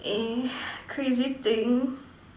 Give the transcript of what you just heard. eh crazy thing